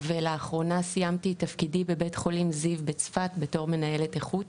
ולאחרונה סיימתי את תפקידי בבית חולים זיו בצפת בתור מנהלת איכות.